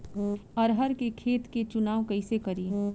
अरहर के खेत के चुनाव कईसे करी?